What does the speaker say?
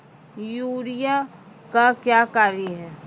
Urea का क्या कार्य हैं?